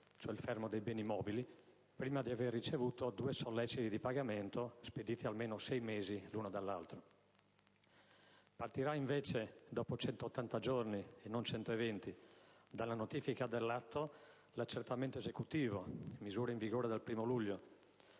cioè il fermo dei beni mobili, prima di aver ricevuto due solleciti di pagamento spediti ad almeno sei mesi l'uno dall'altro. Partirà, invece, dopo 180 giorni (e non 120) dalla notifica dell'atto, l'accertamento esecutivo (misura in vigore dal 1° luglio),